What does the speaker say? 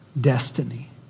destiny